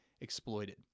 exploited